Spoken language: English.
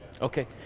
okay